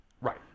Right